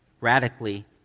radically